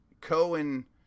Cohen